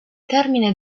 termine